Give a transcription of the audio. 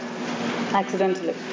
accidentally